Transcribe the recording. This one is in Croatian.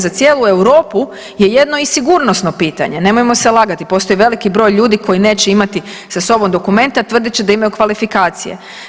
Za cijelu Europu je jedno i sigurnosno pitanje, nemojmo se lagati, postoji veliki broj ljudi koji neće imati sam sobom dokumente, a tvrdit će da imaju kvalifikacije.